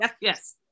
yes